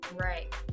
right